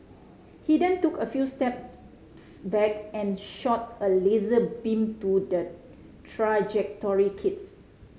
he then took a few steps back and shot a laser beam to the trajectory kit